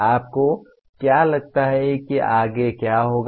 आपको क्या लगता है कि आगे क्या होगा